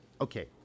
Okay